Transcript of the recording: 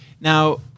Now